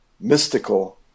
mystical